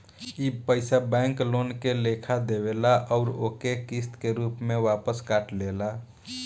ई पइसा bank loan के लेखा देवेल अउर ओके किस्त के रूप में वापस काट लेला